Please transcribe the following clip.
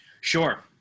sure